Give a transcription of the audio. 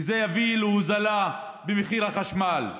וזה יביא להורדה במחיר החשמל.